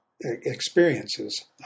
experiences